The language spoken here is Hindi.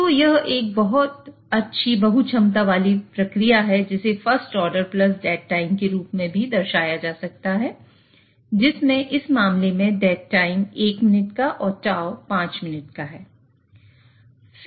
तो यह एक अच्छी बहु क्षमता वाली प्रक्रिया है जिसे first order plus dead time 1 minute और टाऊ 5 मिनट का है